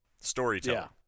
storytelling